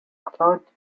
claude